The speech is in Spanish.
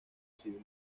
civil